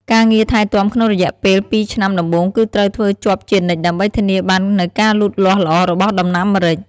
ការងារថែទាំក្នុងរយៈពេលពីរឆ្នាំដំបូងគឺត្រូវធ្វើជាប់ជានិច្ចដើម្បីធានាបាននូវការលូតលាស់ល្អរបស់ដំណាំម្រេច។